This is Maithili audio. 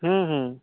हूँ हूँ